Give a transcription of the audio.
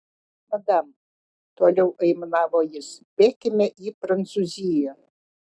madam toliau aimanavo jis bėkime į prancūziją